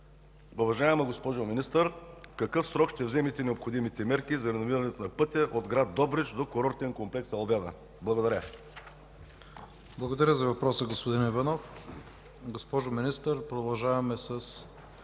Благодаря за въпроса, господин Иванов. Госпожо Министър, продължаваме с